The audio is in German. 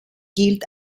gilt